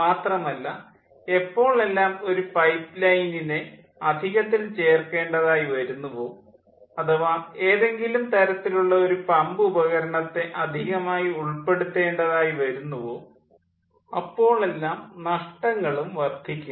മാത്രമല്ല എപ്പോളെല്ലാം ഒരു പൈപ്പ് ലൈനിനെ അധികത്തിൽ ചേർക്കേണ്ടതായി വരുന്നുവോ അഥവാ ഏതെങ്കിലും തരത്തത്തിലുള്ള ഒരു പമ്പ് ഉപകരണത്തെ അധികമായി ഉൾപ്പെടുത്തേണ്ടതായി വരുന്നുവോ അപ്പോളെല്ലാം നഷ്ടങ്ങളും വർദ്ധിക്കുന്നു